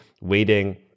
waiting